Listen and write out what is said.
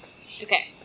Okay